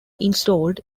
installed